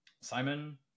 simon